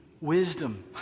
wisdom